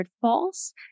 false